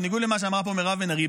בניגוד למה שאמרה פה מירב בן ארי,